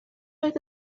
oedd